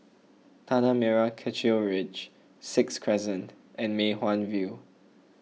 Tanah Merah Kechil Ridge Sixth Crescent and Mei Hwan View